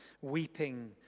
Weeping